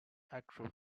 actual